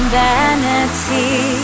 vanity